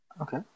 Okay